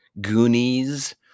Goonies